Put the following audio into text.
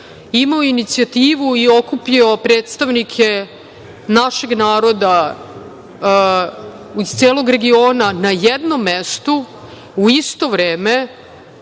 imao inicijativu i okupio predstavnike našeg naroda iz celog regiona, na jednom mestu u isto vreme,